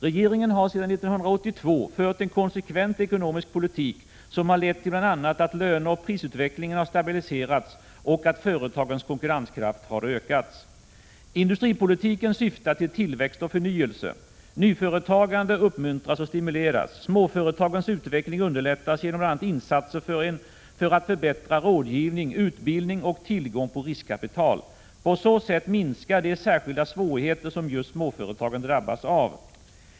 Regeringen har sedan år 1982 fört en konsekvent ekonomisk politik som har lett till bl.a. att löneoch prisutvecklingen har stabiliserats och att företagens konkurrenskraft har ökats. Industripolitiken syftar till tillväxt och förnyelse. Nyföretagande uppmuntras och stimuleras. Småföretagens utveckling underlättas genom bl.a. insatser för att förbättra rådgivning, utbildning och tillgång på riskkapital. På så sätt minskar de särskilda svårigheter som just småföretagen drabbas av.